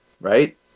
right